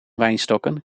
wijnstokken